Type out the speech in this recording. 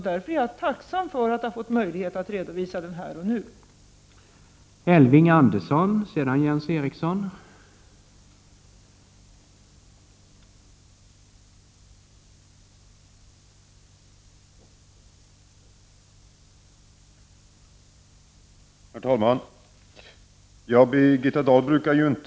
Därför är jag tacksam för att ha fått möjlighet att redovisa vår inställning här och nu.